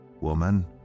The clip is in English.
Woman